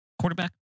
quarterback